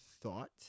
thought